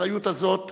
האחריות הזאת